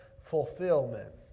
fulfillment